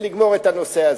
ולגמור את הנושא הזה.